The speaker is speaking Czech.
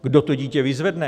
Kdo to dítě vyzvedne?